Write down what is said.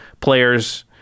players